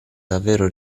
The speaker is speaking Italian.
davvero